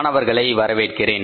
மாணவர்களை வரவேற்கிறேன்